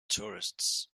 tourists